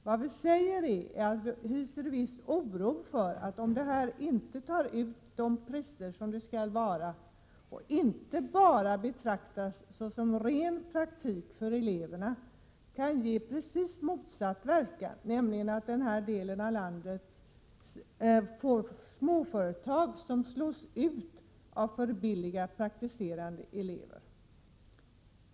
Vad vi säger är att vi hyser viss oro för att om man inte tar ut de priser som skall gälla — och om det inte bara betraktas såsom ren praktik för eleverna — kan det bli precis motsatt verkan, nämligen så att småföretag i den här delen av landet slås ut av för billiga praktiserande elever.